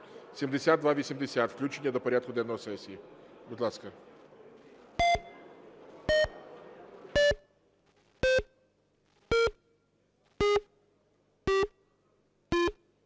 7280 включення до порядку денного сесії. Будь ласка.